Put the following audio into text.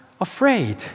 afraid